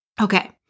Okay